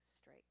straight